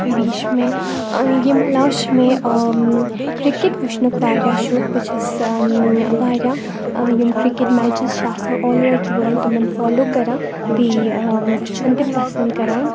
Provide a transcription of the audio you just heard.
بیٚیہِ چھِ مےٚ ٲں ییٚمہِ علاوٕ چھِ مےٚ کِرکٹ وُچھنُک واریاہ شوق بہٕ چھَس واریاہ ٲں یِم کِرکٹ میچٕز چھِ آسان آل اوٚوَر دَ ؤرلڈ تِمَن فالو کَران بیٚیہِ ٲں وُچھُن تہِ پَسنٛد کَران